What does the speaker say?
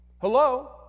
Hello